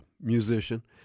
musician